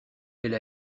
elle